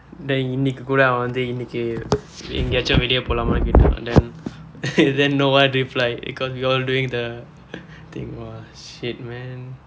then இன்று கூட அவன் வந்து இன்று எங்கையாவது வெளியே போகலாமானு கேட்டான்:inru kuuda avan vandthu inru engkaiyaavathu veliyee pokalaamaanu keetdaan then then no one reply cause we all doing the thing !wah! shit man